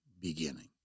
beginning